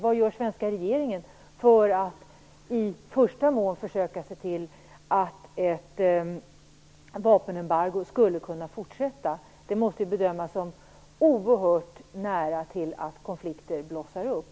Vad gör den svenska regeringen för att i första hand försöka se till att ett vapenembargo skulle kunna fortsätta? Det måste ju bedömas vara oerhört nära att konflikter blossar upp.